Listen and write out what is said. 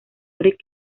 rick